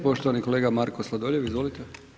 Poštovani kolega Marko Sladoljev, izvolite.